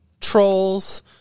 Trolls